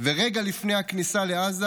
ורגע לפני הכניסה לעזה,